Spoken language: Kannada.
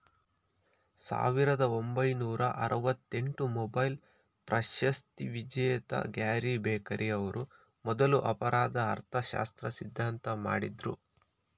ಸಾವಿರದ ಒಂಬೈನೂರ ಆರವತ್ತಎಂಟು ಮೊಬೈಲ್ ಪ್ರಶಸ್ತಿವಿಜೇತ ಗ್ಯಾರಿ ಬೆಕರ್ ಅವ್ರು ಮೊದ್ಲು ಅಪರಾಧ ಅರ್ಥಶಾಸ್ತ್ರ ಸಿದ್ಧಾಂತ ಮಾಡಿದ್ರು